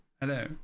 Hello